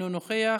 אינו נוכח,